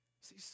See